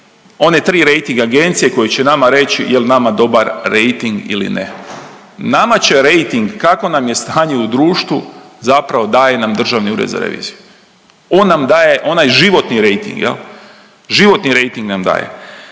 one tri rejting agencije koje će nama reći jel nama dobar rejting ili ne. Nama će rejting kakvo nam je stanje u društvu zapravo daje nam Državni ured za reviziju. On nam daje onaj životni rejting jel životni rejting nam daje.